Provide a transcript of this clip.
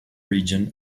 region